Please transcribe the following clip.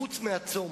חוץ מהצום,